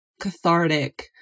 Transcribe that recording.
cathartic